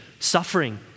suffering